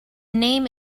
name